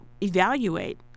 evaluate